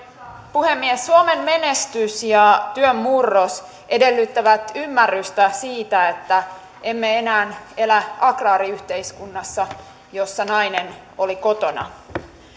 puhemies suomen menestys ja työn murros edellyttävät ymmärrystä siitä että emme enää elä agraariyhteiskunnassa jossa nainen oli kotona